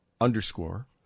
underscore